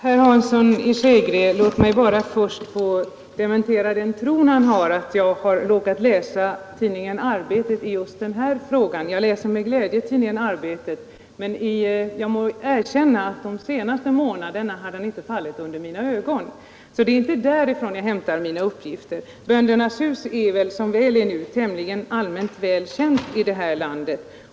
Fru talman! Låt mig först dementera herr Hanssons i Skegrie tro, att jag har råkat läsa tidningen Arbetet i just den här frågan. Jag läser med glädje tidningen Arbetet, men jag må erkänna att de senaste månaderna har den inte fallit under mina ögon. Så det är inte därifrån jag hämtar mina uppgifter. Böndernas Hus är väl nu tämligen allmänt känt i det här landet.